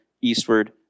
eastward